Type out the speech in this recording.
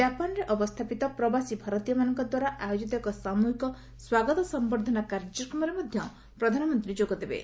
ଜାପାନ୍ରେ ଅବସ୍ଥାପିତ ପ୍ରବାସୀ ଭାରତୀୟମାନଙ୍କଦ୍ୱାରା ଆୟୋଜିତ ଏକ ସାମୃହିକ ସ୍ୱାଗତ ସମ୍ଭର୍ଦ୍ଧନା କାର୍ଯ୍ୟକ୍ରମରେ ମଧ୍ୟ ପ୍ରଧାନମନ୍ତ୍ରୀ ଯୋଗ ଦେବେ